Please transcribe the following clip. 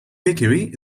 bakery